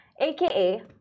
aka